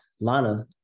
Lana